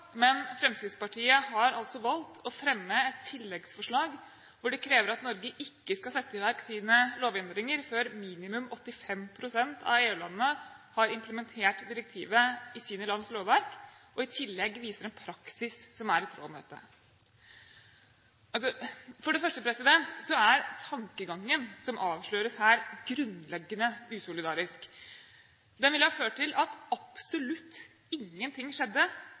men Fremskrittspartiet har valgt å fremme et tilleggsforslag hvor de krever at Norge ikke skal sette i verk sine lovendringer før minimum 85 pst. av EU-landene har implementert direktivet i sine lands lovverk og i tillegg viser en praksis som er i tråd med dette. For det første er tankegangen som avsløres her, grunnleggende usolidarisk. Det ville ha ført til at absolutt ingenting skjedde